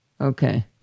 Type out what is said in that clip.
Okay